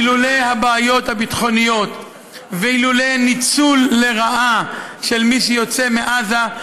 אילולא הבעיות הביטחוניות ואילולא ניצול לרעה של מי שיוצא מעזה,